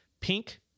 Pink